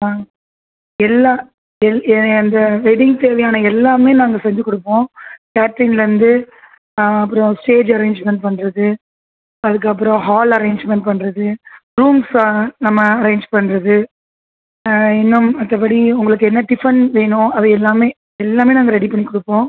எல்லா எந் எ எந்த வெட்டிங் தேவையான எல்லாமே நாங்கள் செஞ்சுக் கொடுப்போம் கேட்ரிங்லேர்ந்து அப்புறம் ஸ்டேஜ் அரேஞ்ச்மெண்ட் பண்ணுறது அதுக்கப்பறம் ஹால் அரேஞ்ச்மெண்ட் பண்ணுறது ரூம்ஸை நம்ம அரேஞ்ச் பண்ணுறது இன்னும் மற்றபடி உங்களுக்கு என்ன டிஃபன் வேணும் அது எல்லாமே எல்லாமே நாங்கள் ரெடி பண்ணிக் கொடுப்போம்